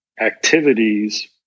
activities